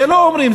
את זה לא אומרים,